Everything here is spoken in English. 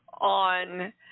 on